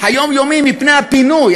היומיומי מפני הפינוי.